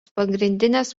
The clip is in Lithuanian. pagrindinės